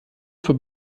für